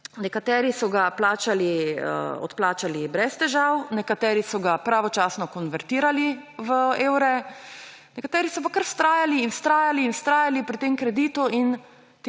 nekateri so ga odplačali brez težav, nekateri so ga pravočasno konvertirali v evre, nekateri so pa kar vztrajal in vztrajali pri tem kreditu in